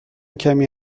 کمی